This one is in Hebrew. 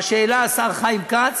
מה שהעלה השר חיים כץ,